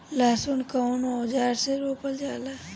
लहसुन कउन औजार से रोपल जाला?